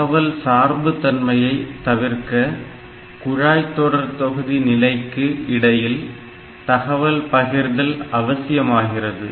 தகவல் சார்புத் தன்மையை தீர்க்க குழாய்தொடர்தொகுதி நிலைக்கு இடையில் தகவல் பகிர்தல் அவசியமாகிறது